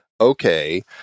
okay